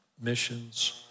Missions